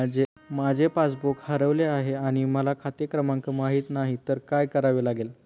माझे पासबूक हरवले आहे आणि मला खाते क्रमांक माहित नाही तर काय करावे लागेल?